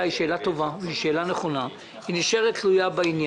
טובה ונכונה, והיא תישאר תלויה.